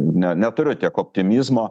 ne neturiu tiek optimizmo